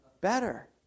better